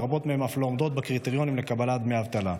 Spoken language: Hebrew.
ורבות מהן אף לא עומדות בקריטריונים לקבלת דמי אבטלה.